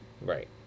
Right